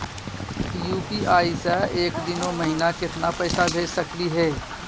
UPI स एक दिनो महिना केतना पैसा भेज सकली हे?